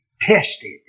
tested